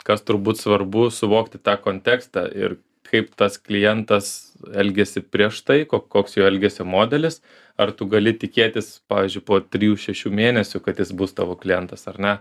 kas turbūt svarbu suvokti tą kontekstą ir kaip tas klientas elgėsi prieš tai ko koks jo elgesio modelis ar tu gali tikėtis pavyzdžiui po trijų šešių mėnesių kad jis bus tavo klientas ar ne